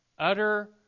utter